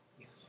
yes